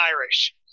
Irish